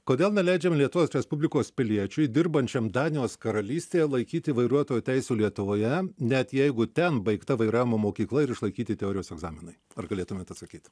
kodėl neleidžiam lietuvos respublikos piliečiui dirbančiam danijos karalystėje laikyti vairuotojo teisių lietuvoje net jeigu ten baigta vairavimo mokykla ir išlaikyti teorijos egzaminai ar galėtumėt atsakyt